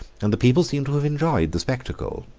and the people seem to have enjoyed the spectacle,